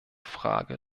frage